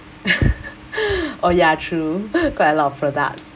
oh ya true quite a lot of products